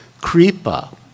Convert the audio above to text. Kripa